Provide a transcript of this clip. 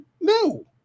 No